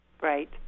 Right